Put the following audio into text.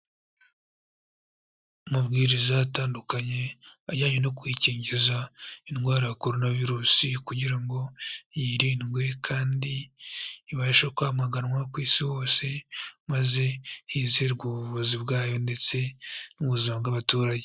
Amabwiriza atandukanye ajyanye no kwikingiza indwara ya korona virusi kugira ngo yirindwe kandi ibashe kwamaganwa ku isi hose, maze hizerwa ubuvuzi bwayo ndetse n'ubuzima bw'abaturage.